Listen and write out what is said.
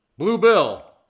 bluebill,